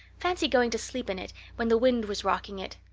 fancy going to sleep in it when the wind was rocking it.